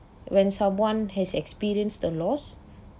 when someone has experienced a loss